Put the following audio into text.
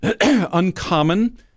uncommon